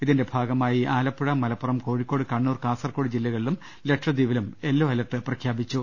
ഇതിന്റെ ഭാഗമായി ആലപ്പുഴ മലപ്പുറം കോഴിക്കോട് കണ്ണൂർ കാസർകോട് ജില്ലകളിലും ലക്ഷദ്വീപിലും ഇന്ന് യെല്ലോ അലർട്ട് പ്രഖ്യാപി ച്ചു